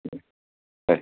बरें